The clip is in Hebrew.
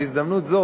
בהזדמנות זו,